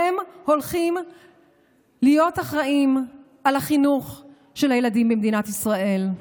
הם הולכים להיות אחראים לחינוך של הילדים במדינת ישראל.